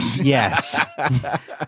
Yes